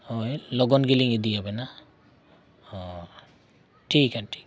ᱦᱳᱭ ᱞᱚᱜᱚᱱ ᱜᱮᱞᱤᱧ ᱤᱫᱤᱭᱟᱵᱮᱱᱟ ᱦᱮᱸ ᱴᱷᱤᱠ